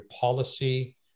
policy